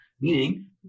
Meaning